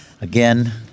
again